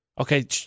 Okay